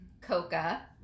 Coca